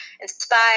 inspire